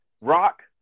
Rock